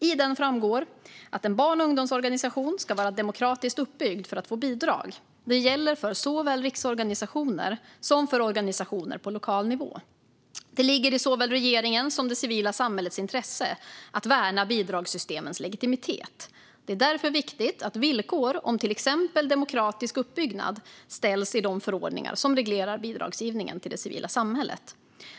Av denna framgår att en barn och ungdomsorganisation ska vara demokratiskt uppbyggd för att få bidrag. Det gäller såväl för riksorganisationer som för organisationer på lokal nivå. Det ligger i såväl regeringens som det civila samhällets intresse att värna bidragssystemens legitimitet. Det är därför viktigt att villkor om till exempel demokratisk uppbyggnad ställs i de förordningar som reglerar bidragsgivningen till det civila samhället.